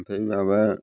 ओमफ्राय माबा